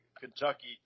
Kentucky